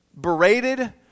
Berated